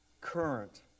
current